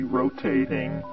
rotating